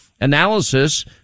analysis